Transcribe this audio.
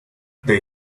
they